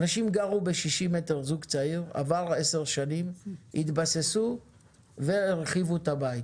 זוג צעיר גר בדירה של 60 מטר ובחלוף עשר שנים התבססו והרחיבו את הבית.